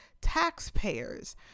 taxpayers